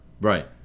right